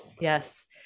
Yes